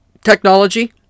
technology